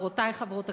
חברותי חברות הכנסת,